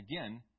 again